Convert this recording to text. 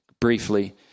briefly